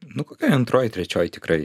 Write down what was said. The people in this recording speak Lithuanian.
nu kokioj antroj trečioj tikrai